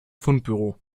fundbüro